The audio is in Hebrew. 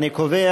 אני קובע